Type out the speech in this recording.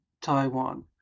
Taiwan